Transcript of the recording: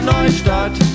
Neustadt